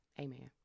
amen